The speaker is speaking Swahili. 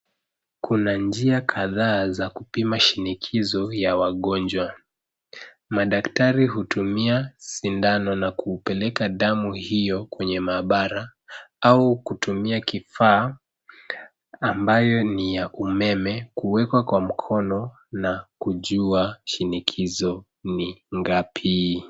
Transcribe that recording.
Kuna njia kadhaa za kupima shinikizo ya wagonjwa. Madaktari hutumia sindano na kuupeleka damu hiyo kwenye maabara au kutumia kifaa ambayo ni ya umeme kuwekwa kwa mkono na kujua shinikizo ni ngapi.